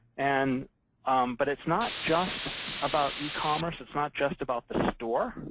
and um but it's not just about e-commerce. it's not just about the store.